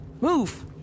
Move